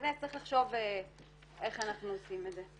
הכנסת צריך לחשוב איך אנחנו עושים את זה.